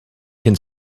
can